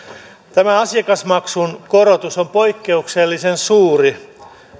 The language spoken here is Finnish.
tämä asiakasmaksun korotus on poikkeuksellisen suuri